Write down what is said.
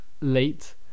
late